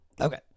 Okay